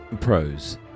Pros